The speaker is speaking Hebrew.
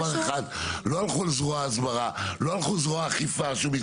לא לכו על זרוע ההסברה או על האכיפה.